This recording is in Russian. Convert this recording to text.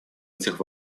этих